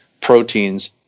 proteins